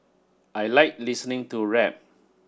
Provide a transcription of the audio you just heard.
I like listening to rap